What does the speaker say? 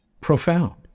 Profound